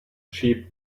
sheep